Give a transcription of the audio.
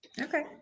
Okay